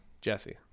Jesse